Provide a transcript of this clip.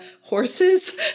horses